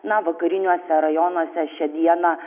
na vakariniuose rajonuose šią dieną